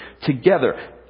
together